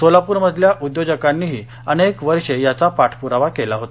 सोलापुर मधल्या उद्योजकांनीही अनेक वर्ष याचा पाठपुरावा केला होता